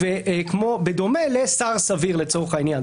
זה בדומה לשר סביר לצורך העניין.